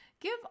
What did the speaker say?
Give